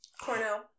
Cornell